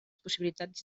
possibilitats